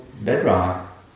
bedrock